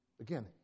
Again